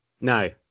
No